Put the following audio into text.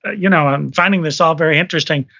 you know, i'm finding this all very interesting,